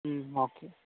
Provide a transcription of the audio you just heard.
ம் ஓகே